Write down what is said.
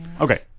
Okay